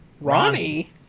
Ronnie